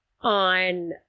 on